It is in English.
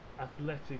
athletic